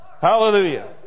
Hallelujah